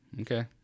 Okay